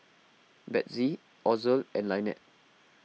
Bethzy Ozell and Lynette